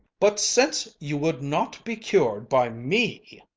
but since you would not be cured by me.